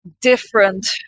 Different